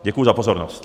Děkuji za pozornost.